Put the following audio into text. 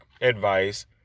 advice